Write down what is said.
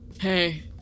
hey